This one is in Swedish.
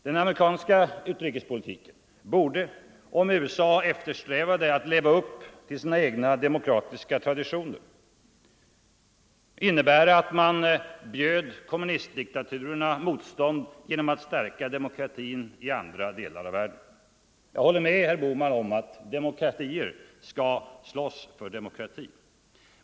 Den amerikanska utrikespolitiken borde, om USA eftersträvade att leva upp till sina egna demokratiska traditioner, innebära att man bjöd kommunistdiktaturerna motstånd genom att stärka demokratin i andra delar av världen. Jag håller med herr Bohman om att demokratier skall slåss för demokrati.